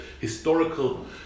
historical